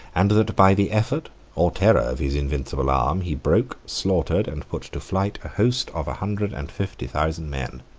and that by the effort or terror of his invincible arm, he broke, slaughtered, and put to flight a host of a hundred and fifty thousand men.